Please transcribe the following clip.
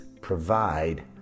provide